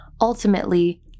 ultimately